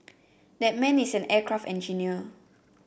that man is an aircraft engineer